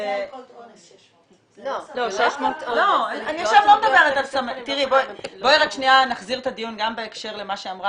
600. בואי נחזיר את הדיון גם בהקשר למה שאמרה